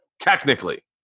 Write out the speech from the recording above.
technically